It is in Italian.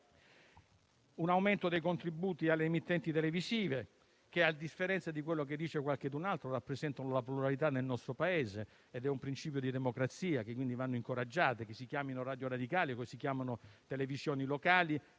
un aumento dei contributi alle emittenti televisive. A differenza di quello che dice qualcuno, esse rappresentano la pluralità nel nostro Paese e un principio di democrazia e quindi vanno incoraggiate, che si chiamino Radio Radicale o siano televisioni locali.